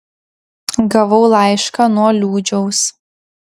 gavau laišką nuo liūdžiaus